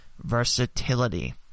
versatility